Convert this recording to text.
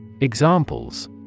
Examples